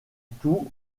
tout